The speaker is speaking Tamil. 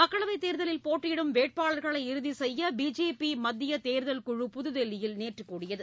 மக்களவைத் தேர்தலில் போட்டியிடும் வேட்பாளர்களை இறுதி செய்ய பிஜேபி மத்திய தேர்தல் குழு புதுதில்லியில் நேற்று கூடியது